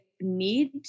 need